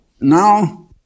Now